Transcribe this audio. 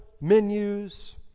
menus